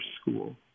school